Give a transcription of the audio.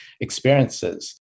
experiences